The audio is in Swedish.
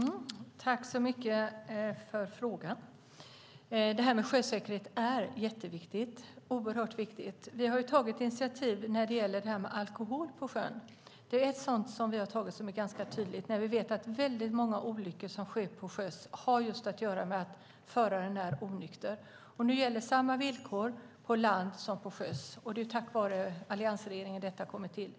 Herr talman! Jag tackar för frågan. Sjösäkerhet är oerhört viktigt. Vi har tagit initiativ när det gäller alkohol på sjön. Det är ett initiativ vi har tagit som är ganska tydligt. Vi vet att väldigt många olyckor som sker till sjöss just har att göra med att föraren är onykter. Nu gäller samma villkor på land och till sjöss, och det är tack vare alliansregeringen detta har kommit till.